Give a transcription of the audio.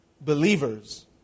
believers